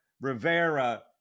Rivera